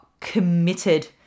committed